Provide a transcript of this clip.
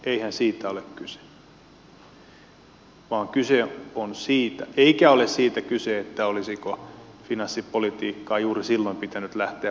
eihän siitä ole kyse eikä siitä olisiko finanssipolitiikkaa juuri silloin pitänyt lähteä voimakkaasti kiristämään